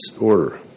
order